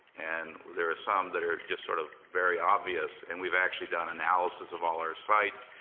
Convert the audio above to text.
and there are some that are just sort of very obvious, and we've actually done analysis of all our sites,